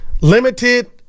Limited